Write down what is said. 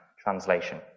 translation